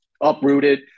uprooted